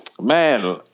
Man